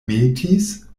metis